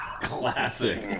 Classic